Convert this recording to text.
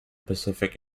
pacific